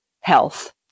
health